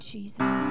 Jesus